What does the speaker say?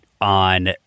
on